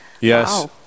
Yes